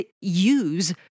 use